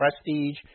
prestige